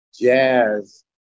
jazz